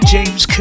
James